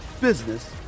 business